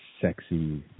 sexy